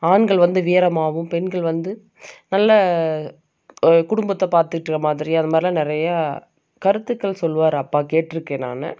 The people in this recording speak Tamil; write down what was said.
ஆண்கள் வந்து வீரமாகவும் பெண்கள் வந்து நல்ல ஒரு குடும்பத்தை பார்த்துட்ற மாதிரியாக அது மாதிரிலாம் நிறையா கருத்துக்கள் சொல்வார் அப்பா கேட்டிருக்கேன் நான்